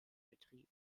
betrieben